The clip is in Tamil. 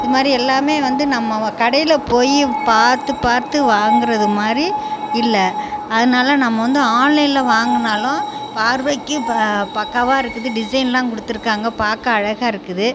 இதுமாதிரி எல்லாமே வந்து நம்ம கடையில் போய் பார்த்துப் பார்த்து வாங்குகிறது மாதிரி இல்லை அதனால் நம்ம வந்து ஆன்லைனில் வாங்கினாலும் பார்வைக்குப் ப பக்காவாக இருக்குது டிசைன்லாம் கொடுத்துருக்காங்க பார்க்க அழகாக இருக்குது